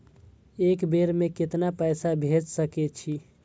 एक बेर में केतना पैसा भेज सके छी?